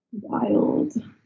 Wild